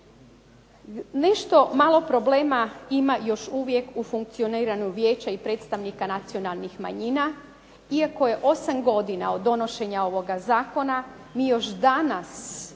Nešto malo problema ima još uvijek u funkcioniranju vijeća i predstavnika nacionalnih manjina. Iako je 8 godina od donošenja ovoga zakona, mi još danas